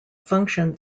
function